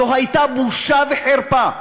זו הייתה בושה וחרפה.